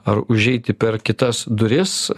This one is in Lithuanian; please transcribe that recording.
ar užeiti per kitas duris